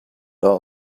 all